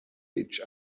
each